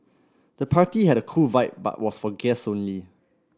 the party had a cool vibe but was for guests only